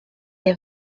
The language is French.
les